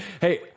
hey